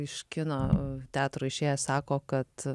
iš kino teatro išėję sako kad